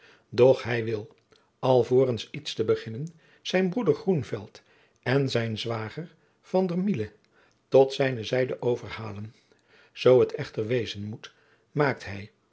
doch hij wil alvorens iets te beginnen zijn broeder groenevelt en zijn zwager van der myle tot zijne zijde overhalen zoo t echter wezen moet maakt hij